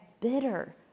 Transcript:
Bitter